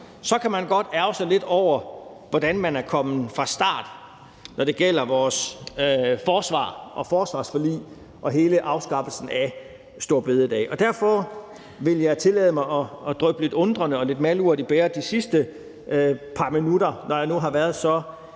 kan man godt ærgre sig lidt over, hvordan regeringen er kommet fra start, når det gælder vores forsvar og forsvarsforlig og hele spørgsmålet om afskaffelse af store bededag. Og derfor vil jeg tillade mig at dryppe lidt undren og malurt i bægeret de sidste par minutter, altså når jeg nu har været så